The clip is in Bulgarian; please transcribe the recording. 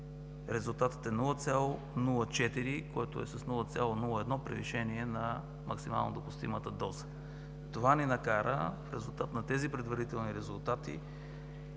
резултатът е 0,04, което е с 0,01 превишение на максимално допустимата доза. Това ни накара, в резултат на тези предварителни резултати,